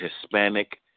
Hispanic